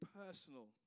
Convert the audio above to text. personal